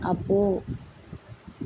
అబ్బో